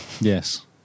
Yes